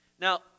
Now